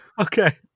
Okay